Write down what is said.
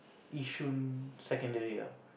Yishun secondary ah